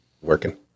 Working